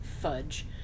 fudge